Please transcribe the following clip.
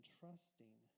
trusting